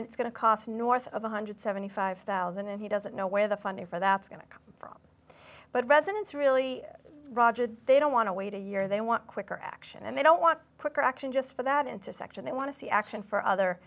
it's going to cost north of one hundred and seventy five thousand dollars and he doesn't know where the funding for that's going to come from but residents really roger they don't want to wait a year they want quicker action and they don't want quicker action just for that intersection they want to see action for other